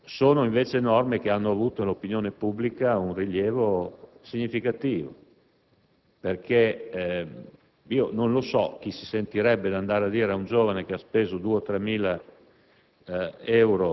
Sono, invece, norme che hanno avuto nell'opinione pubblica un rilievo significativo. Non so, infatti, chi si sentirebbe di andare a dire a un giovane, che ha speso 2.000 o